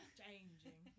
changing